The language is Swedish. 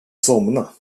somna